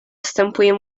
wstępuje